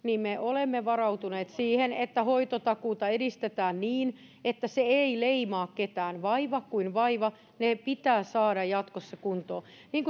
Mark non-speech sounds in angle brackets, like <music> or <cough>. me olemme varautuneet siihen että hoitotakuuta edistetään niin että se ei leimaa ketään vaiva kuin vaiva se pitää saada jatkossa kuntoon niin <unintelligible>